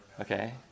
Okay